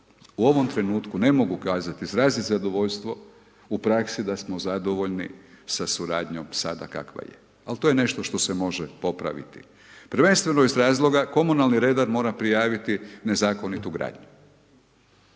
u ovom trenutku ne mogu kazati, izrazati zadovoljstvo u praksi da smo zadovoljni sa suradnjom sada kakva je, ali to je nešto što se može popraviti prvenstveno iz razloga, komunalni redar mora prijaviti nezakonitu gradnju,